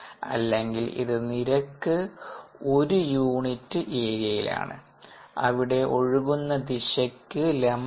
അല്ലെങ്കിൽ ഇത് നിരക്ക് ഒരു യൂണിറ്റ് ഏരിയയിലാണ് അവിടെ ഒഴുകുന്ന ദിശയ്ക്ക് ലംബമായി